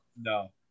No